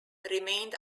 remained